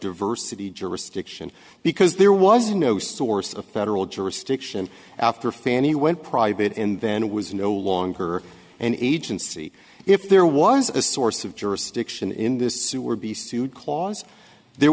diversity jurisdiction because there was no source of federal jurisdiction after fanny went private and then was no longer an agency if there was a source of jurisdiction in this sewer be sued clause there